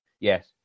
yes